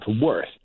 worth